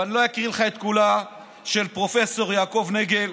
ואני לא אקריא לך את כולה, של פרופ' יעקב נגל,